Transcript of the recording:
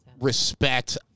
respect